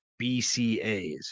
BCAs